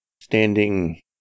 standing